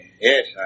Yes